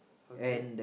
okay